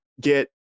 get